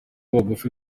bagufi